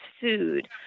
food